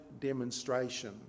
demonstration